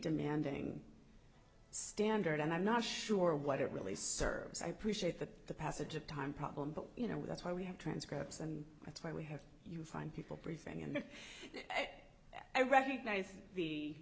demanding standard and i'm not sure what it really serves i appreciate the passage of time problem but you know that's why we have transcripts and that's why we have you find people present and at that i recognize the